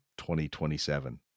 2027